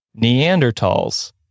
Neanderthals